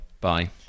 Bye